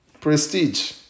Prestige